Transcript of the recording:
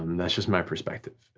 um that's just my perspective.